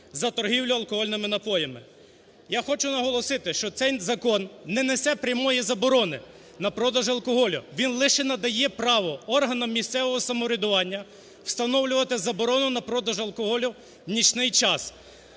за торгівлю алкогольними напоями. Я хочу наголосити, що цей закон не несе прямої заборони на продаж алкоголю. Він лише надає право органам місцевого самоврядування встановлювати заборону на продаж алкоголю в нічний час.